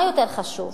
מה יותר חשוב,